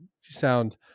sound